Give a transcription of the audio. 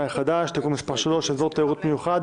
החדש (הוראת שעה) (תיקון מס' 3) (אזור תיירות מיוחד,